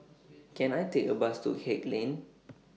Can I Take A Bus to Haig Lane